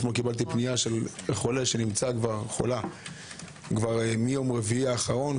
אתמול קיבלתי פנייה מחולה שנמצאת שם מיום רביעי האחרון.